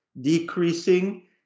decreasing